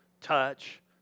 touch